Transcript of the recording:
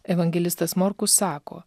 evangelistas morkus sako